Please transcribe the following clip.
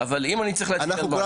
אבל אם אני צריך להחליט על משהו,